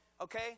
Okay